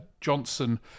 Johnson